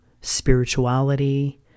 spirituality